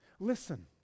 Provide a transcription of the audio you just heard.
Listen